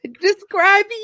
describe